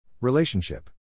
Relationship